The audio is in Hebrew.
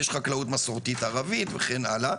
יש חקלאות מסורתית ערבית, וכן הלאה.